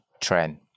trend